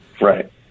Right